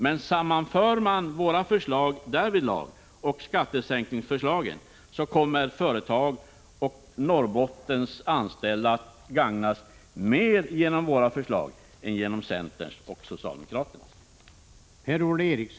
Men sammanför man våra förslag därvidlag och skattesänkningsförslagen, finner man att Norrbottens företag och anställda kommer att gagnas mer genom våra förslag än genom centerns och socialdemokraternas.